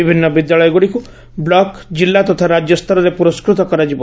ବିଭିନ୍ ବିଦ୍ୟାଳୟଗୁଡ଼ିକୁ ବ୍ଲକ କିଲ୍ଲା ତଥା ରାକ୍ୟ ସ୍ତରରେ ପୁରସ୍କୃତ କରାଯିବ